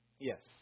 Yes